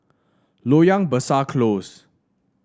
Loyang Besar Close